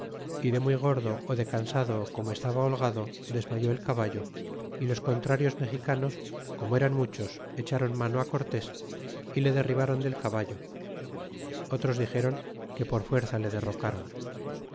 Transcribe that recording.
de muy gordo ú de cansado como estaba holgado desmayé el caballo y los contrarios mexicanos como eran muchos echron mano cortés y le derribron del caballo otros dixdron que por fuerza le derrocron